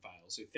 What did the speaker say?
Files